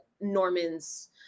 Norman's